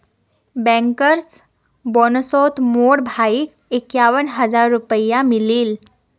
bankers बोनसोत मोर भाईक इक्यावन हज़ार रुपया मिलील